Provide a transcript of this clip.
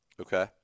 Okay